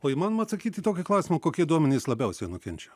o įmanoma atsakyt į tokį klausimą kokie duomenys labiausiai nukenčia